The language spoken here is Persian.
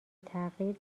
تغییر